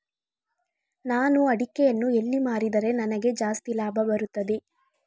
ನಾನು ಅಡಿಕೆಯನ್ನು ಎಲ್ಲಿ ಮಾರಿದರೆ ನನಗೆ ಜಾಸ್ತಿ ಲಾಭ ಬರುತ್ತದೆ?